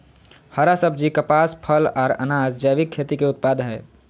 हरा सब्जी, कपास, फल, आर अनाज़ जैविक खेती के उत्पाद हय